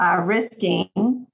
risking